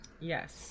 Yes